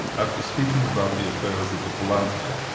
after speaking about the affairs of the palatinate,